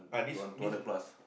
two two hundred plus